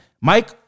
Mike